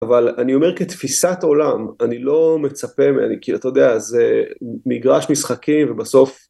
אבל אני אומר כתפיסת עולם, אני לא מצפה, כאילו אתה יודע, זה מגרש משחקים ובסוף...